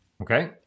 Okay